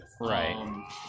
Right